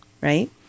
right